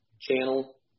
channel